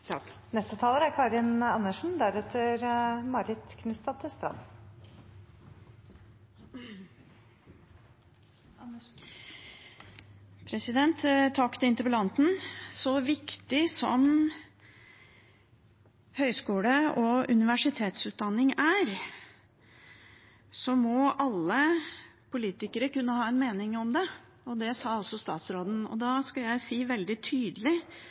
Takk til interpellanten: Så viktig som høyskole- og universitetsutdanning er, må alle politikere kunne ha en mening om det. Det sa også statsråden. Da skal jeg si veldig tydelig